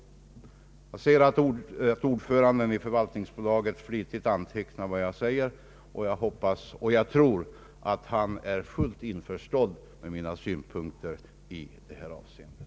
Jag ser att ordföranden i förvaltningsbolaget flitigt antecknat vad jag säger, och jag tror att han är fullt införstådd med mina synpunkter i det här avseendet.